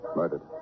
murdered